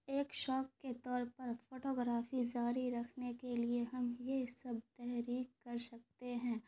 ایک شوق کے طور پر فوٹوگرافی جاری رکھنے کے لیے ہم یہ سب تحریک کر سکتے ہیں